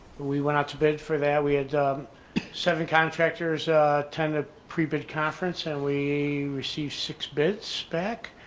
we went out to bid for that we had seven contractors tender pre-bid conference and we receive six bids back.